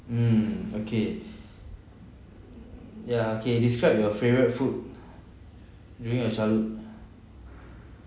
mm okay ya okay describe your favourite food during your childhood